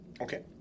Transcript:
Okay